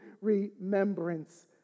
remembrance